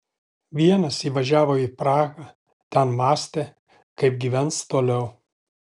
vienas išvažiavo į prahą ten mąstė kaip gyvens toliau